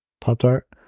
Pop-Tart